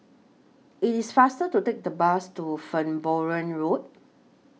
IT IS faster to Take The Bus to Farnborough Road